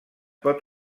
pot